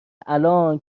الان